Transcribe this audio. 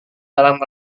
dalam